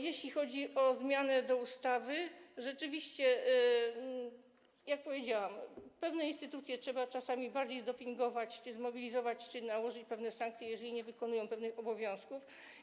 Jeśli chodzi o zmiany do ustawy, to rzeczywiście, jak powiedziałam, pewne instytucje trzeba czasami bardziej zdopingować czy zmobilizować, czy nałożyć na nie pewne sankcje, jeżeli nie wykonują pewnych obowiązków.